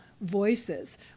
voices